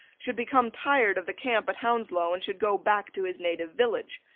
should become tired of the camp at hounslow and should go back to his native village.